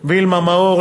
וילמה מאור,